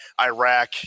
Iraq